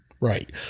Right